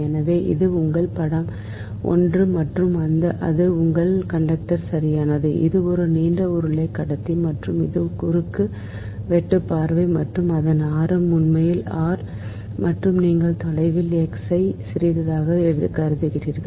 எனவே இது உங்கள் படம் 1 மற்றும் இது உங்கள் கண்டக்டர் சரியானது இது ஒரு நீண்ட உருளை கடத்தி மற்றும் இது குறுக்கு வெட்டு பார்வை மற்றும் அதன் ஆரம் உண்மையில் ஆர் மற்றும் நீங்கள் தொலைவில் x ஐ சிறியதாக கருதுகிறீர்கள்